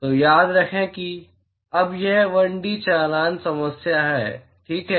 तो याद रखें कि अब यह 1D चालन समस्या है ठीक है